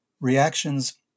reactions